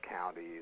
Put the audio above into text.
counties